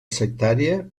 sectària